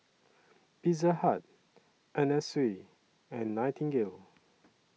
Pizza Hut Anna Sui and Nightingale